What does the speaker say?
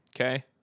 Okay